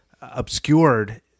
obscured